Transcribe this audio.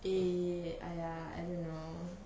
eh !aiya! I don't know